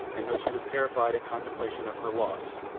and though she was terrified at contemplation of her loss,